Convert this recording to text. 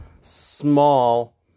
small